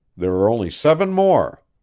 there are only seven more.